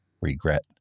regret